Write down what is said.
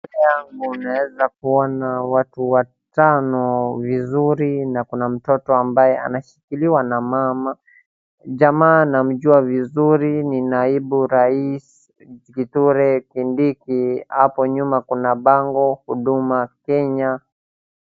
Mbele yangu ninaeza kuona watu watano vizuri na kuna mtoto ambaye anashikiliwa na mama. Jamaa namjua vizuri ni naibu raisi Kithure Kindiki. Hapo nyuma kuna bango Huduma Kenya.